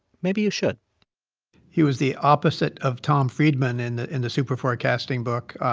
maybe you should he was the opposite of tom friedman in the in the superforecasting book.